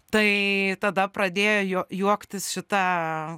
tai tada pradėjo juo juoktis šita